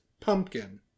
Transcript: pumpkin